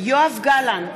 יואב גלנט,